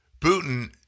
Putin